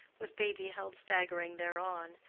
with baby held staggering thereon,